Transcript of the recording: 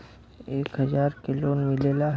एक हजार के लोन मिलेला?